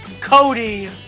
Cody